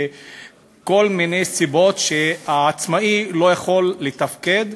ומכל מיני סיבות העצמאי לא יכול לתפקד,